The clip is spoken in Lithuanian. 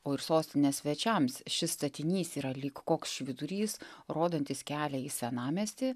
o ir sostinės svečiams šis statinys yra lyg koks švyturys rodantis kelią į senamiestį